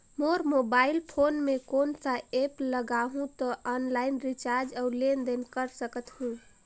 मोर mobile phone मे कोन सा एप्प लगा हूं तो ऑनलाइन रिचार्ज और लेन देन कर सकत हू?